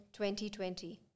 2020